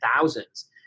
thousands